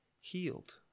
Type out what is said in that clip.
healed